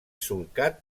solcat